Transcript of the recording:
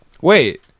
Wait